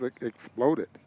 exploded